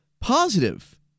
Positive